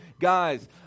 guys